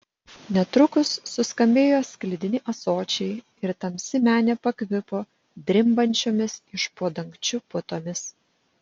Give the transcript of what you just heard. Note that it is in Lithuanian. netrukus suskambėjo sklidini ąsočiai ir tamsi menė pakvipo drimbančiomis iš po dangčiu putomis